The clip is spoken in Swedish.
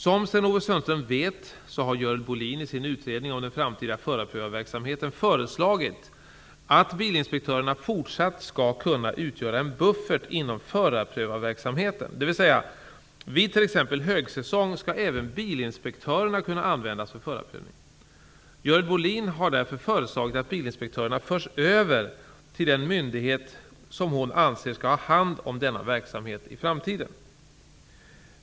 Som Sten-Ove Sundström vet så har Görel Bohlin i sin utredning om den framtida förarprövarverksamheten föreslagit att bilinspektörerna fortsatt skall kunna utgöra en buffert inom förarprövarverksamheten, dvs. vid t.ex. högsäsong skall även bilinspektörerna kunna användas för förarprövning. Görel Bohlin har därför föreslagit att bilinspektörerna förs över till den myndighet som hon anser skall ha hand om denna verksamhet i framtiden.